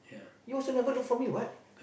you also never look for me what